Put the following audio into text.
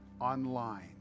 online